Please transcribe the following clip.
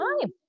time